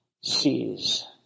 sees